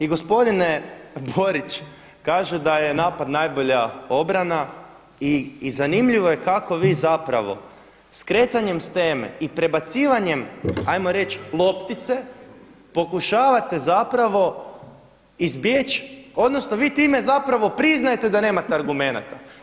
I gospodine Borić kaže da je napad najbolja obrana i zanimljivo je kako vi zapravo skretanjem s teme i prebacivanjem hajmo reći loptice pokušavate zapravo izbjeći, odnosno vi time zapravo priznajete da nemate argumenata.